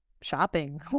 shopping